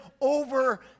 over